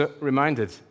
reminded